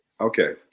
Okay